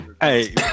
hey